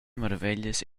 marveglias